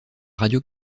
radio